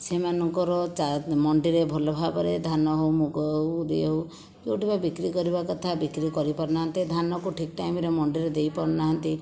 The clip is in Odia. ସେମାନଙ୍କର ମଣ୍ଡିରେ ଭଲ ଭାବରେ ଧାନ ହେଉ ମୁଗ ହେଉ ବିରି ହେଉ କି ଗୋଟିଏ ବିକ୍ରି କରିବା କଥା ବିକ୍ରି କରିପାରୁ ନାହାନ୍ତି ଧାନକୁ ଠିକ ଟାଇମ୍ରେ ମଣ୍ଡିରେ ଦେଇ ପାରୁନାହାନ୍ତି